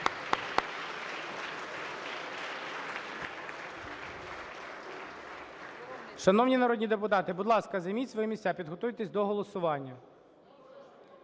Шановні народні депутати, будь ласка, займіть свої місця, підготуйтесь до голосування.